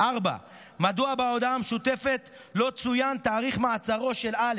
4. מדוע בהודעה המשותפת לא צוין תאריך מעצרו של א'?